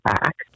back